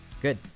good